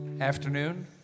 afternoon